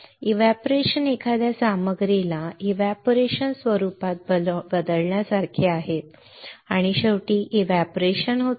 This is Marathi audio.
तर एव्हपोरेशन हे एखाद्या सामग्रीला एव्हपोरेशन स्वरूपात बदलण्यासारखे आहे आणि शेवटी एव्हपोरेशन होते